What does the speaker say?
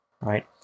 right